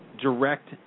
direct